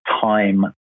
time